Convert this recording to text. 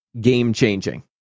game-changing